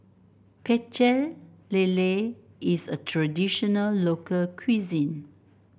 Pecel Lele is a traditional local cuisine